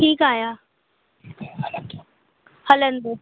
ठीकु आहियां हलंदो